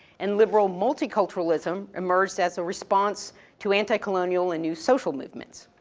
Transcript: and liberal multiculturalism emerged as a response to anti-colonial and new social movements.